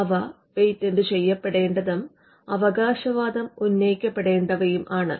അവ പേറ്റന്റ് ചെയ്യപ്പെടേണ്ടതും അവകാശവാദം ഉന്നയിക്കപ്പെടേണ്ടവയും ആണ്